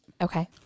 Okay